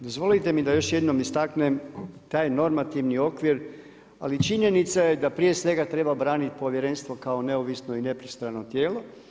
Dozvolite mi da još jednom istaknem taj normativni okvir, ali činjenica je da prije svega treba braniti povjerenstvo kao neovisno i nepristrano tijelo.